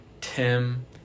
Tim